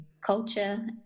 culture